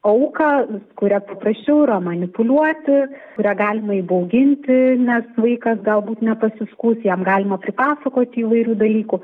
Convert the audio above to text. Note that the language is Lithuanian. auką kuria paprasčiau yra manipuliuoti kurią galima įbauginti nes vaikas galbūt nepasiskųs jam galima pripasakoti įvairių dalykų